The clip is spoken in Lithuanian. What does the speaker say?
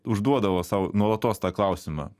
užduodavo sau nuolatos tą klausimą